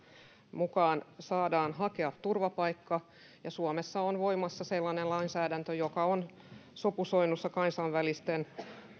mukaan saadaan hakea turvapaikkaa ja suomessa on voimassa sellainen lainsäädäntö joka on sopusoinnussa kansainvälisten